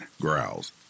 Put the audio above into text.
growls